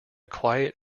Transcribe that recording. quiet